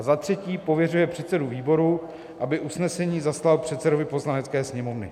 III. pověřuje předsedu výboru, aby usnesení zaslal předsedovi Poslanecké sněmovny.